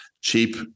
cheap